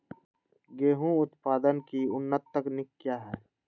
गेंहू उत्पादन की उन्नत तकनीक क्या है?